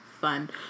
fun